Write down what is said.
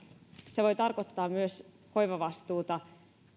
se voi tarkoittaa myös hoivavastuuta